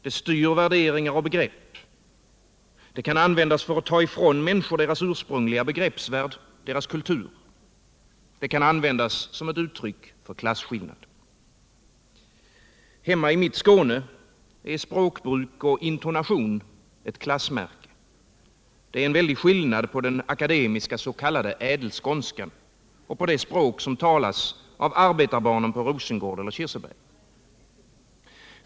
Det styr värderingar och begrepp, det kan användas för att ta ifrån människor deras ursprungliga begreppsvärld, deras kultur, och det kan användas som ett uttryck för klasskillnad. Hemma i mitt Skåne är språkbruk och intonation ett klassmärke. Det är en väldig skillnad mellan den akademiska s.k. ädelskånskan och det språk som talas av arbetarbarnen i Rosengård och Kirseberg.